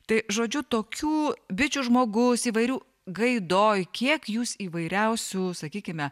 tai žodžiu tokių bičių žmogus įvairių gaidoj kiek jūs įvairiausių sakykime